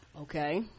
okay